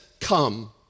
come